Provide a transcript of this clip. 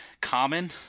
Common